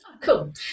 Cool